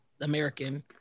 American